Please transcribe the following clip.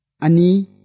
Ani